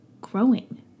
growing